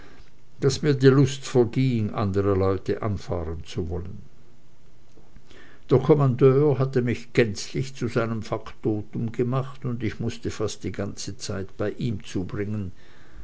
daß mir die lust verging andere leute anfahren zu wollen der kommandeur hatte mich gänzlich zu seinem faktotum gemacht und ich mußte fast die ganze zeit bei ihm zubringen